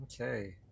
Okay